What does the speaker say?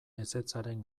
ezetzaren